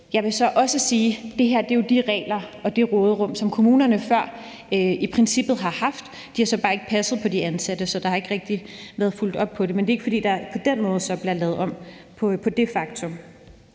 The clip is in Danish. Jeg vil så også sige, at det her jo er de regler og det råderum, som kommunerne før i princippet har haft; de har så bare ikke passet på de ansatte. Så der har ikke rigtig været fulgt op på det. Men det er ikke, fordi der på den måde bliver lavet om på det faktum.